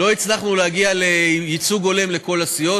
לא הצלחנו להגיע לייצוג הולם לכל הסיעות.